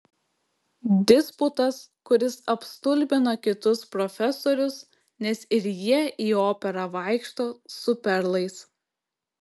disputas kuris apstulbina kitus profesorius nes ir jie į operą vaikšto su perlais